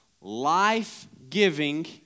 life-giving